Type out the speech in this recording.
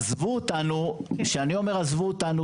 עזבו אותנו כשאני אומר עזבו אותנו,